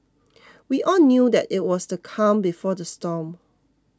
we all knew that it was the calm before the storm